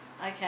Okay